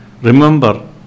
Remember